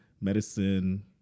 medicine